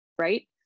right